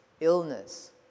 illness